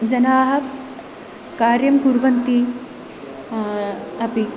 जनाः कार्यं कुर्वन्ति अपि